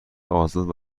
آزاد